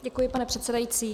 Děkuji, pane předsedající.